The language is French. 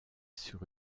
sur